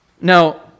now